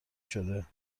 شده